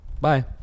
Bye